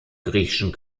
griechischen